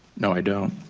no, i don't.